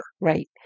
Right